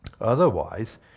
Otherwise